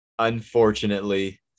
Unfortunately